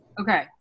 Okay